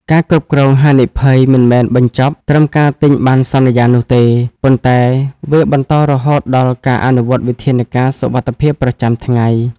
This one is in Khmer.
ការគ្រប់គ្រងហានិភ័យ មិនមែនបញ្ចប់ត្រឹមការទិញបណ្ណសន្យានោះទេ ប៉ុន្តែវាបន្តរហូតដល់ការអនុវត្តវិធានការសុវត្ថិភាពប្រចាំថ្ងៃ។